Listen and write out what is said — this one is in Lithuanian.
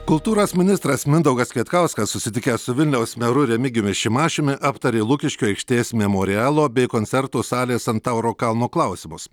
kultūros ministras mindaugas kvietkauskas susitikęs su vilniaus meru remigijumi šimašiumi aptarė lukiškių aikštės memorialo bei koncertų salės ant tauro kalno klausimus